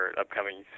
upcoming